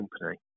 company